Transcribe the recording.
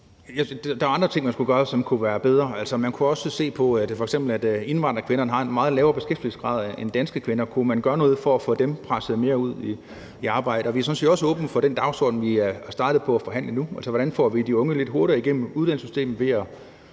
Der er jo andre ting, man kunne gøre, som ville være bedre. Man kunne f.eks. se på det, at indvandrerkvinderne har en meget lavere beskæftigelsesgrad end danske kvinder, og så kunne man gøre noget for at få dem presset mere ud i arbejde. Og vi er sådan set også åbne over for den dagsorden, vi er startet på at forhandle nu: Hvordan får vi de unge lidt hurtigere igennem uddannelsessystemet – ved at